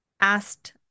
asked